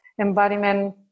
embodiment